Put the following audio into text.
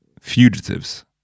fugitives